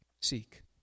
seek